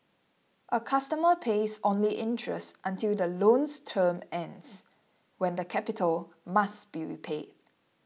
a customer pays only interest until the loan's term ends when the capital must be repaid